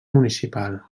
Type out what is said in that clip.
municipal